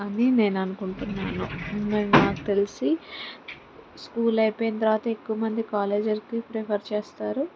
అని నేను అనుకుంటున్నాను మరి నాకు తెలిసి స్కూల్ అయిపోయిన తర్వాత ఎక్కువ మంది కాలేజెస్కి ప్రిఫర్ చేస్తారు